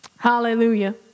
Hallelujah